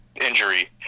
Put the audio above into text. Injury